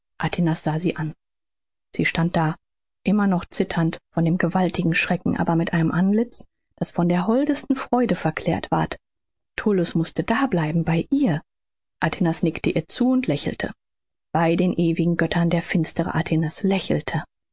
sah sie an sie stand da immer noch zitternd von dem gewaltigen schrecken aber mit einem antlitz das von der holdesten freude verklärt ward tullus mußte dableiben bei ihr atinas nickte ihr zu und lächelte bei den ewigen göttern der finstere atinas lächelte